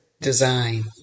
design